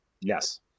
yes